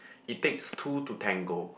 it takes two to tango